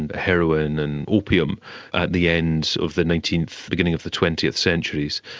and heroin and opium at the end of the nineteenth, beginning of the twentieth centuries,